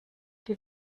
die